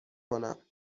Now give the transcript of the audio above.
کنم